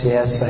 Yes